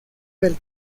del